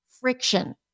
friction